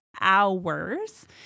hours